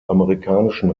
amerikanischen